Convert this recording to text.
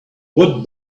what